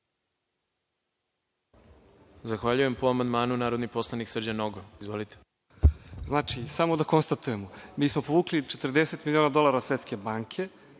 Zahvaljujem. Po amandmanu narodni poslanik Srđan Nogo. **Srđan Nogo** Znači, samo da konstatujemo, mi smo povukli 40 miliona dolara od Svetske banke